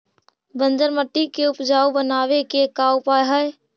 बंजर मट्टी के उपजाऊ बनाबे के का उपाय है?